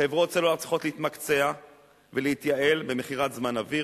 חברות סלולר צריכות להתמקצע ולהתייעל במכירת זמן אוויר,